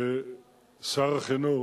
שר החינוך,